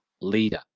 leader